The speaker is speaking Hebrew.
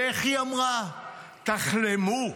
ואיך היא אמרה: תחלמו,